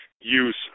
use